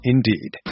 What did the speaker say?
Indeed